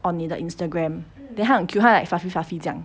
on 你的 Instagram then 它很 cute 它 like fluffy fluffy 这样